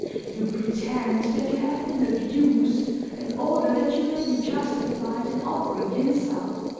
you pretend that you have been abused in order that you may be justified in offering insult